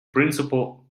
principle